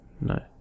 no